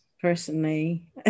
personally